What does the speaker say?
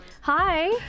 Hi